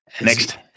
Next